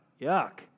Yuck